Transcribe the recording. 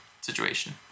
situation